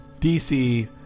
DC